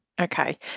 Okay